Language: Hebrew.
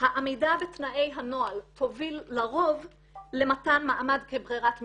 העמידה בתנאי הנוהל תוביל לרוב למתן מעמד כברירת מחדל,